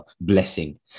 blessing